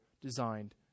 designed